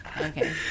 okay